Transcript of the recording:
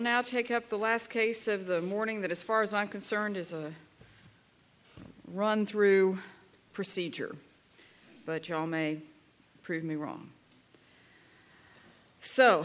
now take up the last case of the morning that as far as i'm concerned is a run through procedure but you all may prove me wrong so